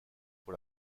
pour